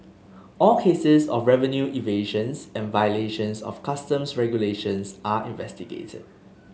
all cases of revenue evasions and violations of Customs regulations are investigated